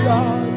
God